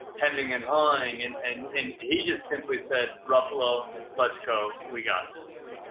hemming and hawing and and and he just simply said, ruffalo, let's go. we got this.